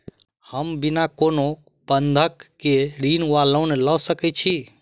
हम बिना कोनो बंधक केँ ऋण वा लोन लऽ सकै छी?